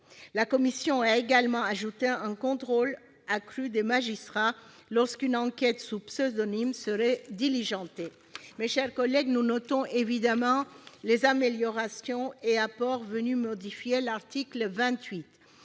Elle a également ajouté un contrôle accru des magistrats lorsqu'une enquête sous pseudonyme sera diligentée. Mes chers collègues, nous notons évidemment les améliorations et apports venus modifier l'article 28.